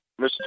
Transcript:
Mr